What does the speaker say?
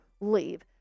leave